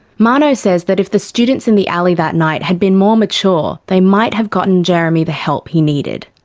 mano says that if the students in the alley that night had been more mature, they might have gotten jeremy the help he needed.